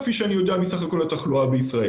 כפי שאני יודע אותם מסך כל התחלואה בישראל.